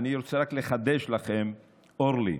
אני רוצה רק לחדש לכם: אורלי,